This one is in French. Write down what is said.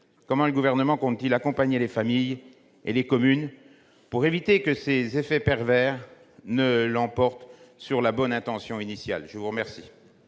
comment le Gouvernement compte-t-il accompagner les familles et les communes pour éviter que ces effets pervers ne l'emportent sur la bonne intention initiale ? La parole